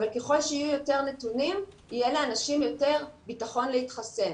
אבל ככל שיהיו יותר נתונים יהיה לאנשים יותר ביטחון להתחסן.